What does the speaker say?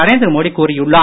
நரேந்திர மோடி கூறியுள்ளார்